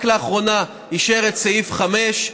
רק לאחרונה הוא אישר את סעיף 5,